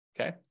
okay